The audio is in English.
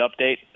update